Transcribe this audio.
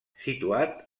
situat